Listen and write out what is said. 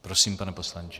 Prosím, pane poslanče.